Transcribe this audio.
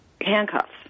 handcuffs